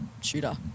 Shooter